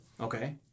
Okay